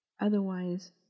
Otherwise